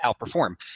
outperform